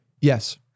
Yes